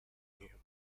here